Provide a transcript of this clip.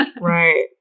Right